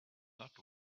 not